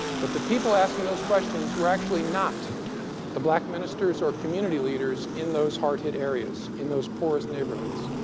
but the people asking those questions were actually not the black ministers or community leaders in those hard hit areas, in those poorest neighborhoods,